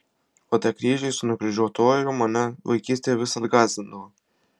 o tie kryžiai su nukryžiuotuoju mane vaikystėje visad gąsdindavo